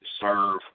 serve